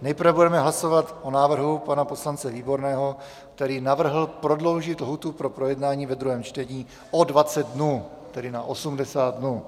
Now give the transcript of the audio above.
Nejprve budeme hlasovat o návrhu pana poslance Výborného, který navrhl prodloužit lhůtu pro projednání ve druhém čtení o 20 dnů, tedy na 80 dnů.